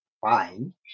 fine